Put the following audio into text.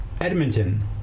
Edmonton